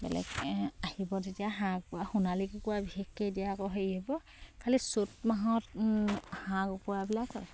বেলেগ আহিব তেতিয়া হাঁহ কুকুৰা সোণালী কুকুৰা বিশেষকে দিয়া আকৌ হেৰি হ'ব খালি চ'ত মাহত হাঁহ কুকুৰাবিলাক